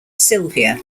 silvia